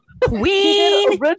queen